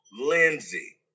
Lindsay